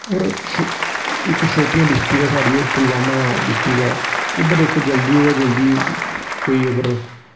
होर इक शोपियां डिस्ट्रिक ऐ साढ़ी होर पुलवामा डिस्ट्रिक ऐ उद्धर इक जल्दी कोला जल्दी इक कोई अगर